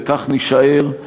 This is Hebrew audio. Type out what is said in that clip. וכך נישאר.